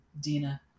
Dina